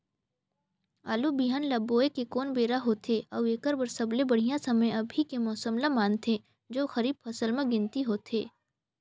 आलू बिहान ल बोये के कोन बेरा होथे अउ एकर बर सबले बढ़िया समय अभी के मौसम ल मानथें जो खरीफ फसल म गिनती होथै?